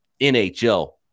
NHL